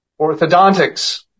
orthodontics